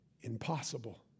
impossible